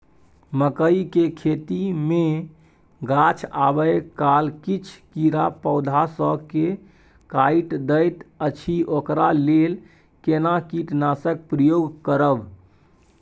मकई के खेती मे गाछ आबै काल किछ कीरा पौधा स के काइट दैत अछि ओकरा लेल केना कीटनासक प्रयोग करब?